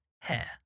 hair